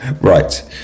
Right